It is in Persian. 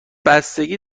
بستگی